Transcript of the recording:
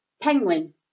Penguin